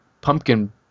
pumpkin